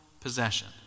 possession